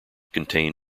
contain